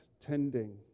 tending